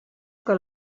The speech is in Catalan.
que